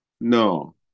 No